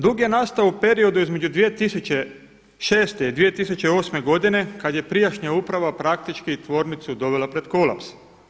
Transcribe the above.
Dug je nastao u periodu između 2006. i 2008. godine kada je prijašnja uprava praktički tvornicu dovela pred kolaps.